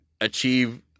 achieve